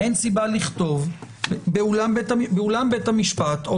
אין סיבה לכתוב באולם בית המשפט או